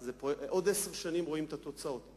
בעוד עשר שנים יראו את התוצאות.